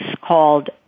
called